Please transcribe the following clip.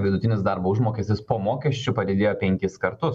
vidutinis darbo užmokestis po mokesčių padidėjo penkis kartus